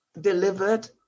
delivered